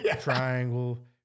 triangle